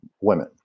Women